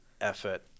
effort